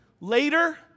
later